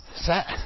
set